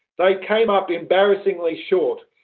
they came up embarrassingly short.